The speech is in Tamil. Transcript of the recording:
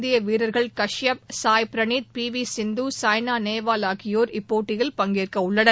இந்தியவீரர்கள் காஷ்யப் சாய் பிரளீத் பிவிசிந்து சாய்னாநேவால் ஆகியோர் இப்போட்டியில் பங்கேற்கஉள்ளனர்